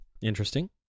Interesting